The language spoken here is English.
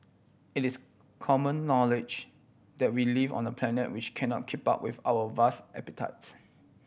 it is common knowledge that we live on the planet which cannot keep up with our vast appetites